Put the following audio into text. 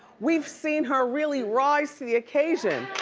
we've seen her really rise to the occasion.